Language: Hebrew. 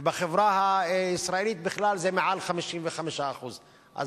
ובחברה הישראלית בכלל זה מעל 55%. אז